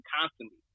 constantly